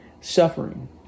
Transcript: Suffering